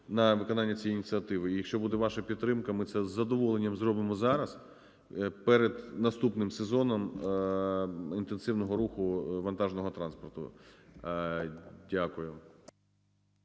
на виконання цієї ініціативи. Якщо буде ваша підтримка, ми це з задоволенням зробимо зараз перед наступним сезоном інтенсивного руху вантажного транспорту. Дякую.